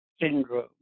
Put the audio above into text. syndrome